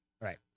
Right